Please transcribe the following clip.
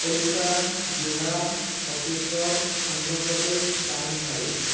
Odisha Bihar Chhattisgarh Andhra Pradesh Tamil Nadu